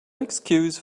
excuse